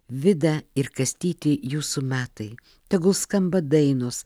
vida ir kastyti jūsų metai tegul skamba dainos